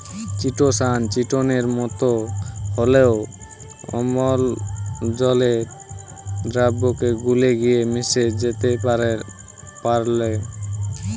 chitosan চিটোনের মতো হলেও অম্লজল দ্রাবকে গুলে গিয়ে মিশে যেতে পারেল